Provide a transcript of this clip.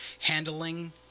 handling